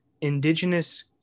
Indigenous